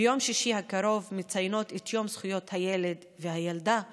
ביום שישי הקרוב אנחנו מציינות את יום זכויות הילד והילדה הבין-לאומי.